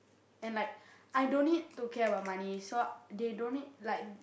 and like I don't need to care about money so they don't need like